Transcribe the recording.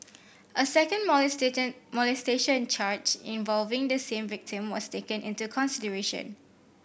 a second molestation charge involving the same victim was taken into consideration